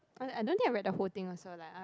I I don't think I read the whole thing also like uh